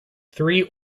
three